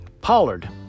pollard